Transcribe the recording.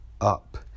up